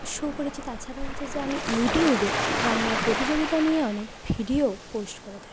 show করেছি তাছাড়াও হচ্ছে যে আমি ইউটিউবে রান্নার প্রতিযোগিতা নিয়ে অনেক ভিডিও পোস্ট করে থাকি